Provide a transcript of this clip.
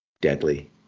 deadly